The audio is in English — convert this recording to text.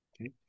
Okay